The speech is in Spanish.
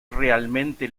realmente